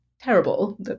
terrible